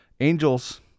Angels